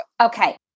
Okay